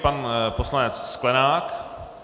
Pan poslanec Sklenák.